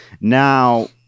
Now